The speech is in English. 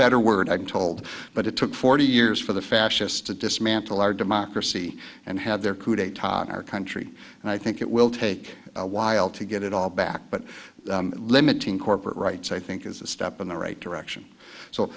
better word i'm told but it took forty years for the fascists to dismantle our democracy and have their coup d'etat in our country and i think it will take a while to get it all back but limiting corporate rights i think is a stop in the right direction so